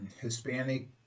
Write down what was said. Hispanic